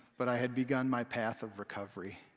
but i had begun my path of recovery.